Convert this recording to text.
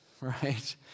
right